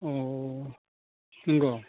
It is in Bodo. अह नंगौ